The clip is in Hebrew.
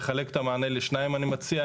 נחלק את המענה לשניים, אני מציע.